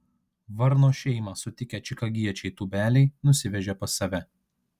varno šeimą sutikę čikagiečiai tūbeliai nusivežė pas save